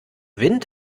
wind